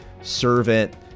servant